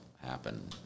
happen